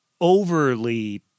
overly